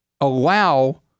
allow